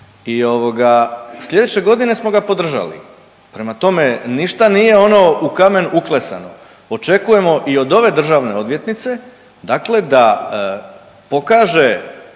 Sljedeće godine smo ga podržali. Prema tome, ništa nije ono u kamen uklesano. Očekujemo i od ove državne odvjetnice, dakle